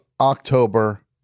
October